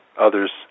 others